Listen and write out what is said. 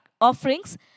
offerings